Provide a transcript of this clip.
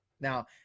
Now